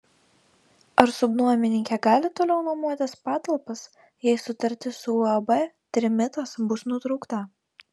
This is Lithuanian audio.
ar subnuomininkė gali toliau nuomotis patalpas jei sutartis su uab trimitas bus nutraukta